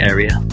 Area